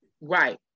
right